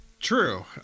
True